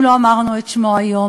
אם לא אמרנו את שמו היום,